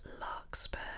larkspur